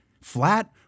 flat